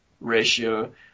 ratio